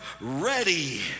ready